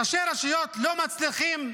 ראשי רשויות לא מצליחים